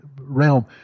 realm